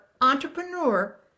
entrepreneur